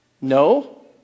no